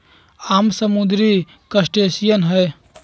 आम समुद्री क्रस्टेशियंस हई